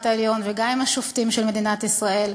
העליון וגם עם השופטים של מדינת ישראל,